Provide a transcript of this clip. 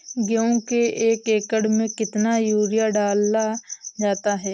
गेहूँ के एक एकड़ में कितना यूरिया डाला जाता है?